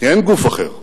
כי אין גוף אחר,